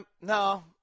No